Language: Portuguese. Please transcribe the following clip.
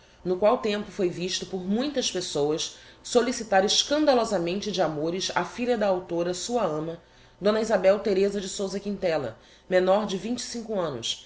no qual tempo foi visto por muitas pessoas solicitar escandalosamente de amores a filha da a sua ama d isabel thereza de sousa quintella menor de annos